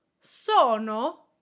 sono